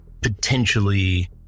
potentially